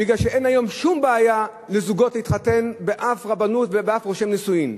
מפני שאין היום שום בעיה לזוגות להתחתן באף רבנות ואצל אף רושם נישואים.